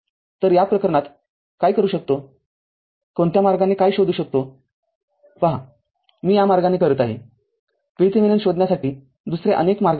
तर या प्रकरणात काय करू शकतो कोणत्या मार्गाने काय शोधू शकतो पहा मी या मार्गाने करत आहे VThevenin शोधण्यासाठी दुसरे अनेक मार्ग आहेत